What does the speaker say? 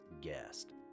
guest